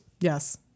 Yes